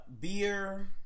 beer